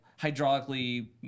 hydraulically